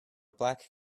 black